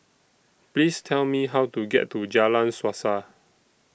Please Tell Me How to get to Jalan Suasa